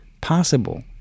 possible